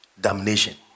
damnation